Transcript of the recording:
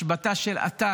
השבתה של אתר.